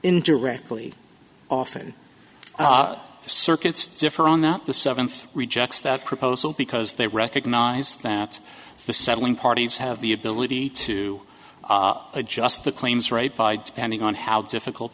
indirectly often circuits differ on that the seventh rejects that proposal because they recognize that the settling parties have the ability to adjust the claims rate by depending on how difficult